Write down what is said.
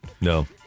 No